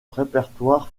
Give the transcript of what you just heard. répertoire